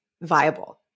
viable